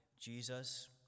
Jesus